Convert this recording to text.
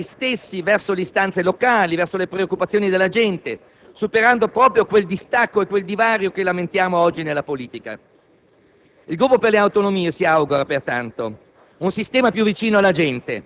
conoscenza diretta dei candidati e la disponibilità degli stessi verso le istanze locali e le preoccupazioni della gente, superando proprio quel distacco e quel divario che si lamenta oggi nella politica.